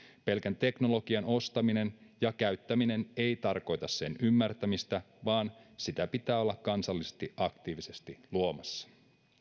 pelkän teknologian ostaminen ja käyttäminen ei tarkoita sen ymmärtämistä vaan sitä pitää olla kansallisesti aktiivisesti luomassa